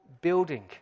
building